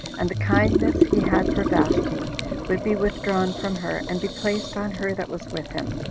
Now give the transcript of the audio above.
and the kindness he had for vashti would be withdrawn from her, and be placed on her that was with him.